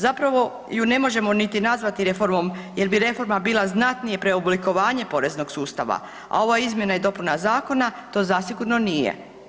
Zapravo ju ne možemo niti nazvati reformom, jer bi reforma bila znatnije preoblikovanje poreznog sustava, a ova izmjena i dopuna zakona to zasigurno nije.